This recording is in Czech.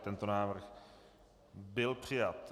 Tento návrh nebyl přijat.